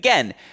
again